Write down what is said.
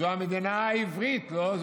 זו המדינה העברית, לא?